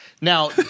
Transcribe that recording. Now